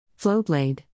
Flowblade